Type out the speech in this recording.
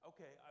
Okay